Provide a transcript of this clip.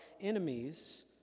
enemies